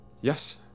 Yes